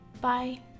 Bye